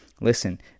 listen